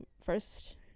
first